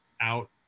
out